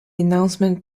announcement